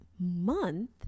Month